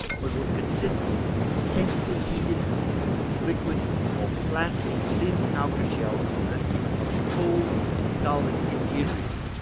but would consist of an intensely heated, and either liquid or plastic thin outer shell resting upon a cold and solid interior.